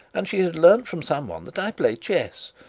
and she had learnt from some one that i play chess,